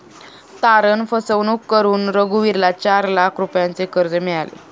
तारण फसवणूक करून रघुवीरला चार लाख रुपयांचे कर्ज मिळाले